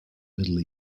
middle